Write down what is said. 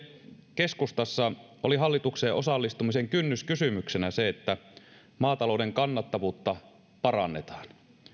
keskustassa oli hallitukseen osallistumisen kynnyskysymyksenä se että maatalouden kannattavuutta parannetaan